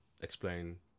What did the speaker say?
explain